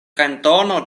kantono